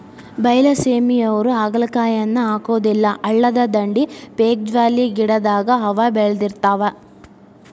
ಬೈಲಸೇಮಿಯವ್ರು ಹಾಗಲಕಾಯಿಯನ್ನಾ ಹಾಕುದಿಲ್ಲಾ ಹಳ್ಳದ ದಂಡಿ, ಪೇಕ್ಜಾಲಿ ಗಿಡದಾಗ ಅವ ಬೇಳದಿರ್ತಾವ